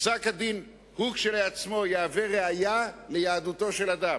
פסק-הדין הוא כשלעצמו יהווה ראיה ליהדותו של אדם.